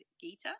gita